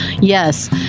Yes